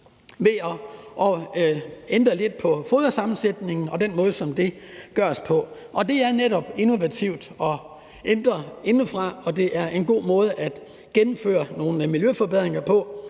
ved at ændre lidt på fodersammensætningen og den måde, som det gøres på. Og det er netop innovativt og ændrer noget indefra, og det er en god måde at gennemføre nogle af miljøforbedringerne på